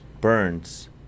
Burns